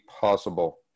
possible